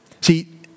See